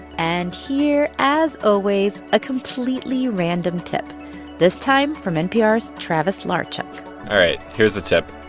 and here, as always, a completely random tip this time from npr's travis larchuk all right. here's a tip.